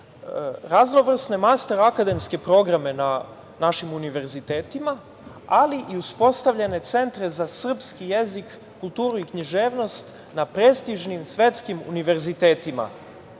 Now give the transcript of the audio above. raznovrsne master-akademske programe na našim univerzitetima, ali i uspostavljene centre za srpski jezik, kulturu i književnost na prestižnim svetskim univerzitetima.